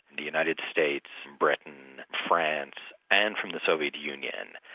the united states, and britain, france and from the soviet union,